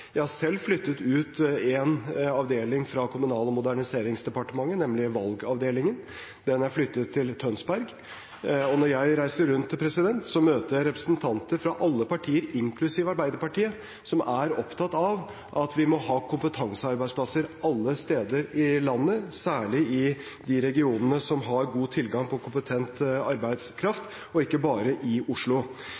Jeg har selv flyttet ut én avdeling fra Kommunal- og moderniseringsdepartementet, nemlig valgavdelingen. Den er flyttet til Tønsberg. Når jeg reiser rundt, møter jeg representanter fra alle partier, inklusive Arbeiderpartiet, som er opptatt av at vi må ha kompetansearbeidsplasser alle steder i landet, særlig i de regionene som har god tilgang på kompetent arbeidskraft,